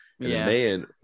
Man